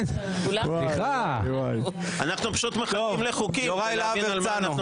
אנחנו פשוט מחכים לחוקים כדי להבין על מה אנחנו מדברים.